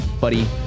buddy